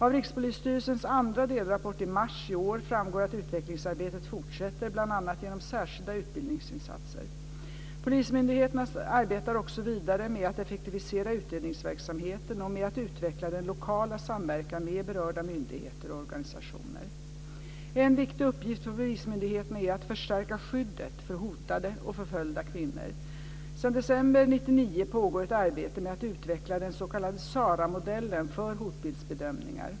Av Rikspolisstyrelsens andra delrapport i mars i år framgår att utvecklingsarbetet fortsätter, bl.a. genom särskilda utbildningsinsatser. Polismyndigheterna arbetar också vidare med att effektivisera utredningsverksamheten och med att utveckla den lokala samverkan med berörda myndigheter och organisationer. En viktig uppgift för polismyndigheterna är att förstärka skyddet för hotade och förföljda kvinnor. Sedan december 1999 pågår ett arbete med att utveckla den s.k. SARA-modellen för hotbildsbedömningar.